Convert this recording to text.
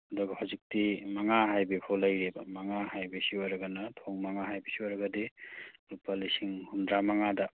ꯑꯗꯨꯒ ꯍꯧꯖꯤꯛꯇꯤ ꯃꯉꯥ ꯍꯥꯏꯕꯤ ꯐꯥꯎ ꯂꯩꯔꯤꯑꯕ ꯃꯉꯥ ꯍꯥꯏꯕꯤꯁꯤ ꯑꯣꯏꯔꯒꯅ ꯃꯊꯣꯡ ꯃꯉꯥ ꯍꯥꯏꯕꯤꯁꯤ ꯑꯣꯏꯔꯒꯗꯤ ꯂꯨꯄꯥ ꯂꯤꯁꯤꯡ ꯍꯨꯝꯗ꯭ꯔꯥ ꯃꯉꯥꯗ